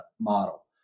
model